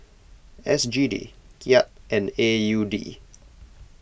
S G D Kyat and A U D